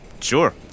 sure